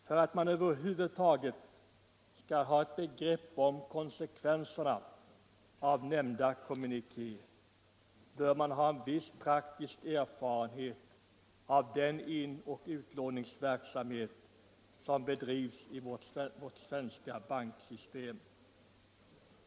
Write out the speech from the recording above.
För att man skall få något begrepp om den kommunikéns innehåll bör man ha en viss praktisk erfarenhet av den inoch utlåningsverksamhet som bedrivs i vårt banksystem.